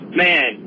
man